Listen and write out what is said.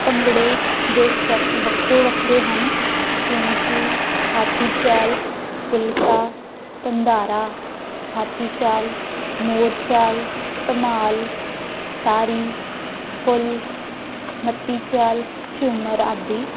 ਭੰਗੜੇ ਦੇ ਸਟੈਪ ਵੱਖੋ ਵੱਖਰੇ ਹਨ ਜਿਵੇਂ ਕਿ ਹਾਥੀ ਚਾਲ ਫੁਲਕਾ ਧੰਧਾਰਾ ਹਾਥੀ ਚਾਲ ਮੋਰ ਚਾਲ ਧਮਾਲ ਤਾਰੀ ਫੁੱਲ ਮੱਤੀ ਚਾਲ ਝੂੰਮਰ ਆਦਿ